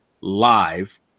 live